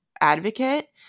advocate